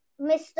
Mr